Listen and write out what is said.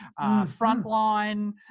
Frontline